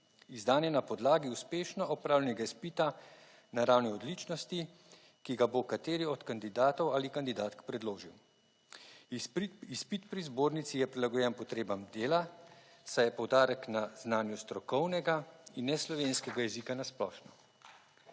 Izdan je na podlagi uspešno opravljenega izpita na ravni odličnosti, ki ga bo kateri od kandidatov ali kandidatk predložil. Izpit pri zbornici je prilagojen potrebam dela, saj je poudarek na znanju strokovnega in ne slovenskega jezika na splošno.